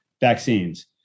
vaccines